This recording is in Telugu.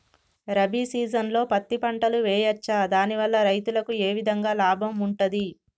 రబీ సీజన్లో పత్తి పంటలు వేయచ్చా దాని వల్ల రైతులకు ఏ విధంగా లాభం ఉంటది?